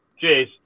Cheers